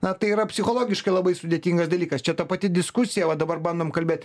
na tai yra psichologiškai labai sudėtingas dalykas čia ta pati diskusija va dabar bandom kalbėt